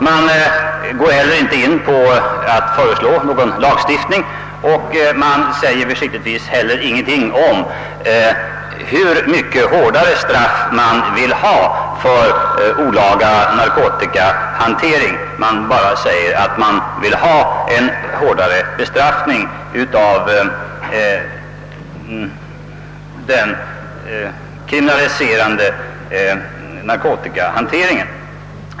Man går heller inte in på några lagstiftningsförslag och uttalar försiktigtvis ingenting om hur pass mycket hårdare straff man vill ha för olaga narkotikahantering. Man antyder bara att det bör ske en hårdare bestraffning av den kriminaliserade narkotikahanteringen.